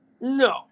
No